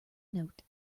note